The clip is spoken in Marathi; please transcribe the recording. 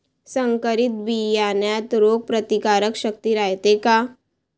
संकरित बियान्यात रोग प्रतिकारशक्ती रायते का?